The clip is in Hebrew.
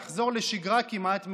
לחזור לשגרה כמעט מלאה.